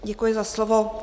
Děkuji za slovo.